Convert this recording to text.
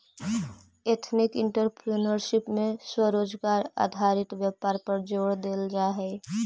ethnic entrepreneurship में स्वरोजगार आधारित व्यापार पर जोड़ देल जा हई